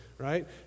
right